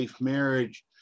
marriage